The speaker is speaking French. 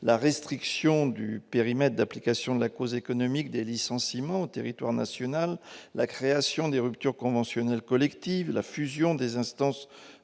la restriction du périmètre d'appréciation de la cause économique des licenciements au territoire national, la création des ruptures conventionnelles collectives, la fusion des instances représentatives